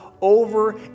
over